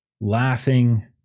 laughing